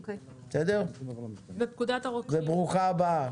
ברוכה הבאה.